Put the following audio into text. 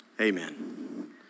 Amen